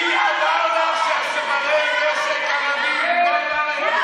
מי אמר שסוחרי הנשק הם ערבים?